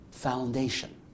foundation